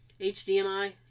HDMI